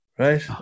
Right